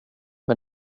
med